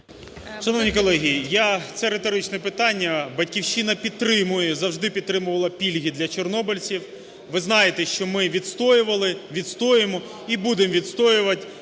Шановні колеги, я, це риторичне питання. "Батьківщина" підтримує, завжди підтримувала пільги для чорнобильців. Ви знаєте, що ми відстоювали, відстоюємо і будемо відстоювати